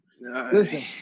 Listen